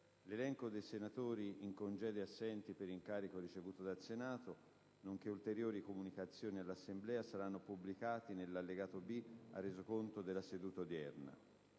L'elenco dei senatori in congedo e assenti per incarico ricevuto dal Senato, nonché ulteriori comunicazioni all'Assemblea saranno pubblicati nell'allegato B al Resoconto della seduta odierna.